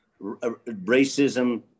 racism